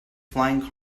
flying